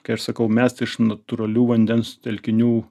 kai aš sakau mes iš natūralių vandens telkinių